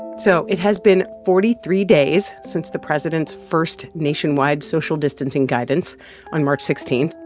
so it has been forty three days since the president's first nationwide social distancing guidance on march sixteen.